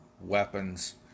weapons